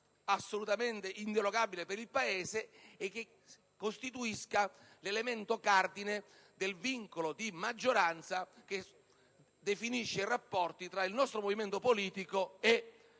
assolutamente inderogabile per il Paese e che costituisca l'elemento cardine del vincolo di maggioranza che definisce i rapporti tra il nostro movimento politico e la